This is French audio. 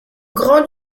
grand